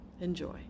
Enjoy